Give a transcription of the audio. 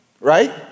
Right